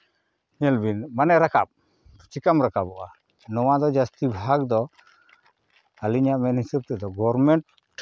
ᱧᱮᱞ ᱵᱤᱱ ᱢᱟᱱᱮ ᱨᱟᱠᱟᱵ ᱪᱤᱠᱟᱹᱢ ᱨᱟᱠᱟᱵᱚᱜᱼᱟ ᱱᱚᱣᱟ ᱫᱚ ᱡᱟᱹᱥᱛᱤ ᱵᱷᱟᱜᱽ ᱫᱚ ᱟᱹᱞᱤᱧᱟᱜ ᱢᱮᱱ ᱦᱤᱥᱟᱹᱵᱽ ᱛᱮᱫᱚ ᱜᱚᱨᱢᱮᱱᱴ